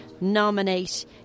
nominate